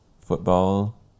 football